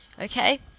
okay